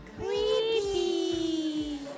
Creepy